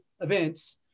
events